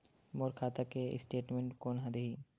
मोर खाता के स्टेटमेंट कोन ह देही?